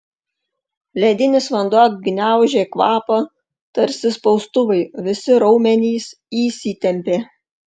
ledinis vanduo gniaužė kvapą tarsi spaustuvai visi raumenys įsitempė